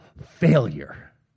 failure